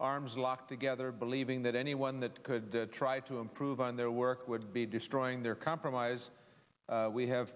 arms locked together believing that anyone that could try to improve on their work would be destroying their compromise we have